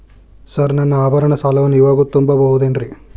Sir ನನ್ನ ಆಭರಣ ಸಾಲವನ್ನು ಇವಾಗು ತುಂಬ ಬಹುದೇನ್ರಿ?